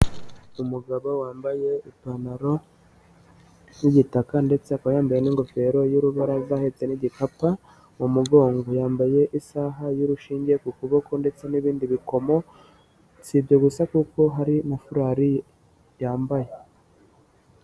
Umugabo wambaye ipantaro y'igitaka ndetse akaba yambaye n'ingofero y'urubaraza ahetse n'igikapu mu mugongo, yambaye isaha y'urushinge ku kuboko ndetse n'ibindi bikomo, si ibyo gusa kuko hari n'afurari yambaye.